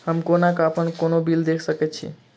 हम कोना कऽ अप्पन कोनो बिल देख सकैत छी?